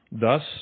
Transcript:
Thus